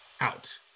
out